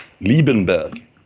Liebenberg